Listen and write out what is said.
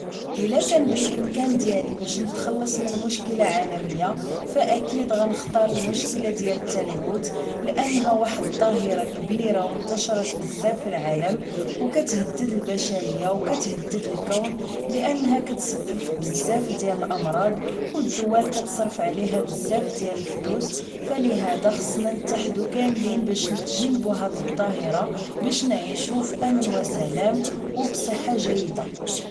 إلا كان بالامكان ديالي باش نتخلص من مشكله عالميه فاكيد المشكله ديال التلوث لانها ظاهره كبيره وانتشرت بزاف في العالم. وتهدد البشريه وتهدد الكون. لانها كتسبب بزااف ديال الامراض والدول كتصرف عليها بزاف ديال الفلوس فلهدا خاصنا نتحركو كاملين باش نتجنب هذا الظاهره باش نعيشو في امن وسلام وبصحه جيده